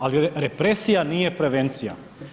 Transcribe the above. Ali represija nije prevencija.